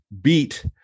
beat